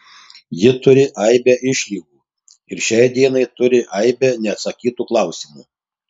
ji turi aibę išlygų ir šiai dienai turi aibę neatsakytų klausimų